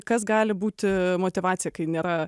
kas gali būti motyvacija kai nėra